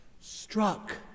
Struck